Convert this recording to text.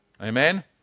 Amen